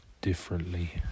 Differently